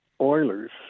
Oilers